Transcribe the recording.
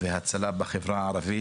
והצלה בחברה הערבית.